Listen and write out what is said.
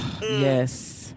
yes